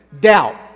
doubt